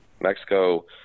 Mexico